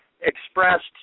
expressed